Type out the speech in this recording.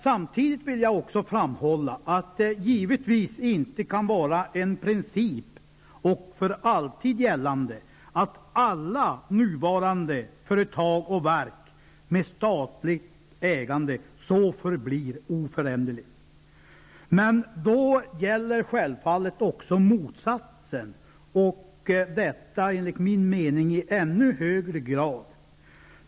Samtidigt vill jag också framhålla att det givetvis inte kan vara en för alltid gällande princip att alla nuvarande företag och verk i statligt ägande oföränderligt förblir så. Men då gäller självfallet också motsatsen, och detta enligt min mening i ännu högre grad.